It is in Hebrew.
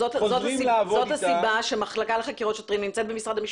זאת הסיבה שהמחלקה לחקירות שוטרים נמצאת במשרד המשפטים.